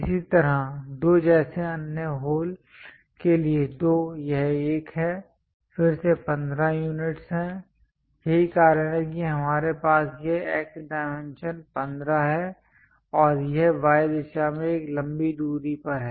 इसी तरह 2 जैसे अन्य होल के लिए 2 यह एक है फिर से 15 यूनिट्स हैं यही कारण है कि हमारे पास यह X डायमेंशन 15 है और यह Y दिशा में एक लंबी दूरी पर है